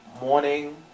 morning